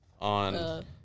On